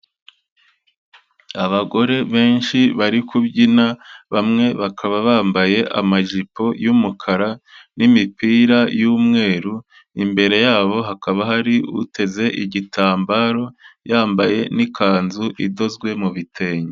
Abagore benshi bari kubyina bamwe bakaba bambaye amajipo y'umukara n'imipira y'umweru, imbere yabo hakaba hari uteze igitambaro yambaye n'ikanzu idozwe mu bitenge.